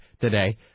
today